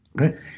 Okay